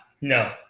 No